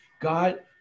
God